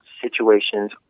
situations